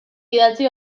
idatzi